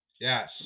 Yes